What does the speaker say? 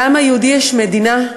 לעם היהודי יש מדינה,